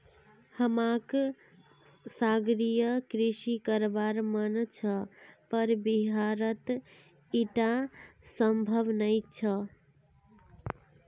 हमाक सागरीय कृषि करवार मन छ पर बिहारत ईटा संभव नी छ